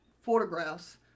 photographs